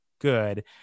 good